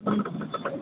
ആ